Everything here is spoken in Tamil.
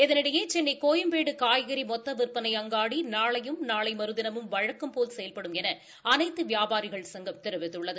இதனிடையே சென்னை கோயம்பேடு காய்கறி மொத்த விற்பனை அங்காடி நாளையும் நாளை மறுதினமும் வழக்கம்போல் செயல்படும் என அனைத்து வியாபாரிகள் சங்கம் தெரிவித்துள்ளது